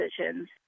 decisions